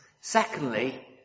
Secondly